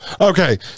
Okay